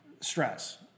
stress